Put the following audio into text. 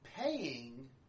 paying